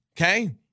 Okay